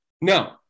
No